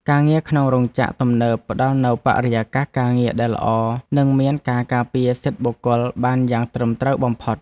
ការងារក្នុងរោងចក្រទំនើបផ្តល់នូវបរិយាកាសការងារដែលល្អ និងមានការការពារសិទ្ធិបុគ្គលិកបានយ៉ាងត្រឹមត្រូវបំផុត។